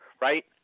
right